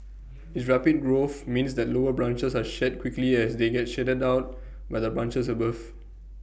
its rapid growth means that lower branches are shed quickly as they get shaded out by the branches above